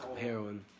Heroin